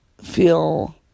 feel